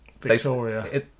Victoria